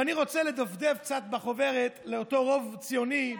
ואני רוצה לדפדף קצת בחוברת לאותו רוב ציוני,